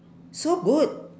so good